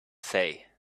say